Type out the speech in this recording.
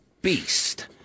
beast